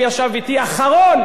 עד 23:00,